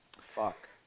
fuck